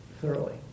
thoroughly